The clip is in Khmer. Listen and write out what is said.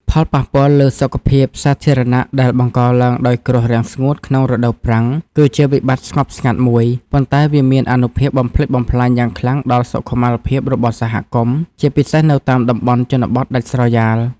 ផលប៉ះពាល់លើសុខភាពសាធារណៈដែលបង្កឡើងដោយគ្រោះរាំងស្ងួតក្នុងរដូវប្រាំង គឺជាវិបត្តិស្ងប់ស្ងាត់មួយ ប៉ុន្តែវាមានអានុភាពបំផ្លិចបំផ្លាញយ៉ាងខ្លាំងដល់សុខុមាលភាពរបស់សហគមន៍ ជាពិសេសនៅតាមតំបន់ជនបទដាច់ស្រយាល។